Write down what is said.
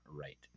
right